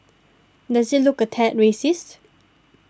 does it look a tad racist